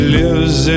lives